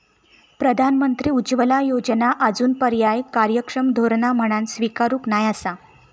प्रधानमंत्री उज्ज्वला योजना आजूनपर्यात कार्यक्षम धोरण म्हणान स्वीकारूक नाय आसा